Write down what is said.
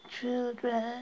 children